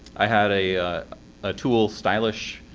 i had a ah tool, stylish,